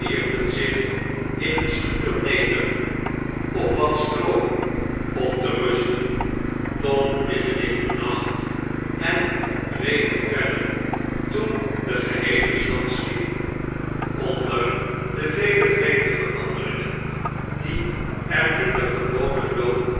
zich in een schuur neder op wat stroo om te rusten tot midden in den nacht en reden verder toen de geheele stad sliep onder de vele vreemde veranderingen die er in den gewonen loop